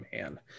man